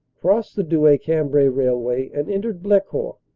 crossed the douai cambrai railway and entered blecourt,